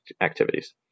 activities